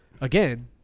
again